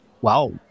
wow